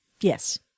Yes